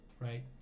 right